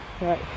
Right